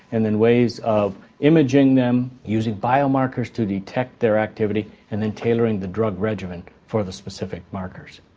and then ways of imaging them using biomarkers to detect their activity and then tailoring the drug regimen for the specific markers.